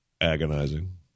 agonizing